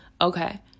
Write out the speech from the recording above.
okay